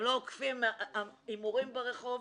הם לא אוכפים הימורים ברחוב,